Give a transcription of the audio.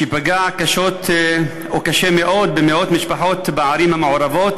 שפגע קשות או קשה מאוד במאות משפחות בערים המעורבות,